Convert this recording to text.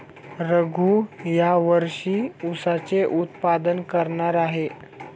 रघू या वर्षी ऊसाचे उत्पादन करणार आहे